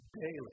daily